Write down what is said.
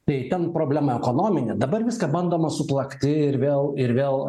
tai ten problema ekonominė dabar viską bandoma suplakti ir vėl ir vėl